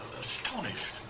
Astonished